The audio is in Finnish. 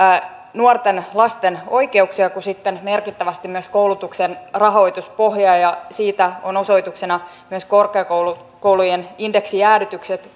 nuorten lasten oikeuksia kuin sitten merkittävästi myös koulutuksen rahoituspohjaa ja siitä ovat osoituksena myös korkeakoulujen indeksijäädytykset